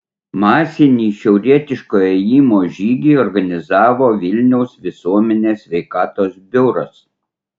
masinį šiaurietiško ėjimo žygį organizavo vilniaus visuomenės sveikatos biuras